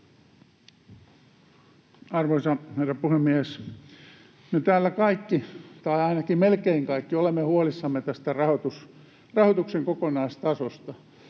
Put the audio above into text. Arvoisa herra puhemies! Me kaikki täällä — tai ainakin melkein kaikki — olemme huolissamme tästä rahoituksen kokonaistasosta.